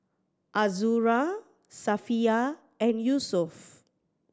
Azura Safiya and Yusuf